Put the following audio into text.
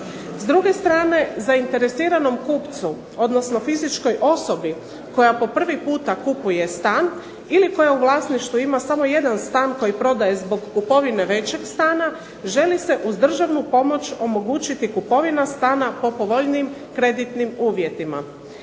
S druge strane zainteresiranom kupcu, odnosno fizičkoj osobi koja po prvi puta kupuje stan ili koja u vlasništvu ima samo jedan stan koji prodaje zbog kupovine većeg stana želi se uz državnu pomoć omogućiti kupovina stana po povoljnijim kreditnim uvjetima.